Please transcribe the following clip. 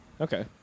Okay